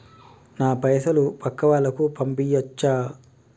నా పైసలు పక్కా వాళ్ళకు పంపియాచ్చా?